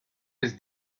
his